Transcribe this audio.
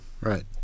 Right